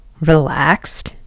relaxed